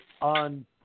on